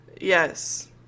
yes